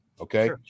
okay